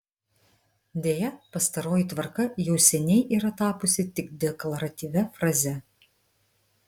deja pastaroji tvarka jau seniai yra tapusi tik deklaratyvia fraze